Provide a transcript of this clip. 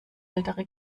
ältere